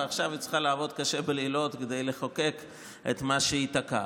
ועכשיו היא צריכה לעבוד קשה בלילות כדי לחוקק את מה שהיא תקעה.